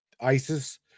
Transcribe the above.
Isis